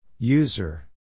User